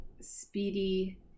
speedy